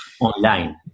online